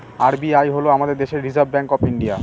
RBI হল আমাদের দেশের রিসার্ভ ব্যাঙ্ক অফ ইন্ডিয়া